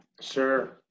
sure